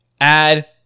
Add